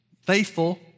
faithful